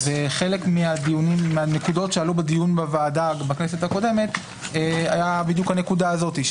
חלק מהנקודות שעלו בדיון בוועדה בכנסת הקודמת היה בדיוק הנקודה הזאת: